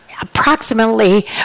Approximately